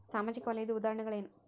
ಸಾಮಾಜಿಕ ವಲಯದ್ದು ಉದಾಹರಣೆಗಳೇನು?